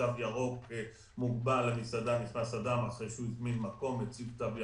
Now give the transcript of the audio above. יכול להיכנס רק אחרי שהזמנת מקום או הצגת תו ירוק.